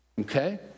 okay